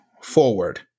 forward